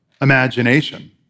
imagination